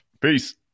Peace